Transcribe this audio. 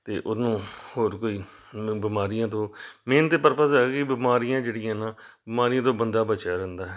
ਅਤੇ ਉਹਨੂੰ ਹੋਰ ਕੋਈ ਬਿਮਾਰੀਆਂ ਤੋਂ ਮੇਨ ਤਾਂ ਪਰਪਸ ਹੈ ਕਿ ਬਿਮਾਰੀਆਂ ਜਿਹੜੀਆਂ ਨਾ ਬਿਮਾਰੀਆਂ ਤੋਂ ਬੰਦਾ ਬਚਿਆ ਰਹਿੰਦਾ ਹੈ